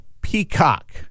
Peacock